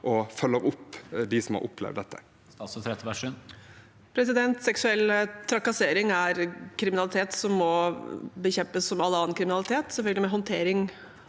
og følger opp dem som har opplevd dette? Statsråd Anette Trettebergstuen Seksu- ell trakassering er kriminalitet som må bekjempes, som all annen kriminalitet, selvfølgelig med håndtering